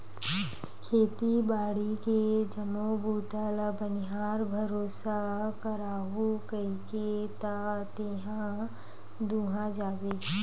खेती बाड़ी के जम्मो बूता ल बनिहार भरोसा कराहूँ कहिके त तेहा दूहा जाबे